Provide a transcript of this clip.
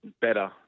better